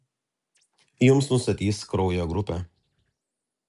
jums nustatys kraujo grupę